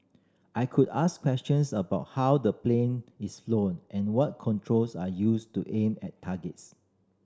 I could ask questions about how the plane is flown and what controls are used to aim at targets